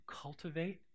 cultivate